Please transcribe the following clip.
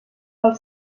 els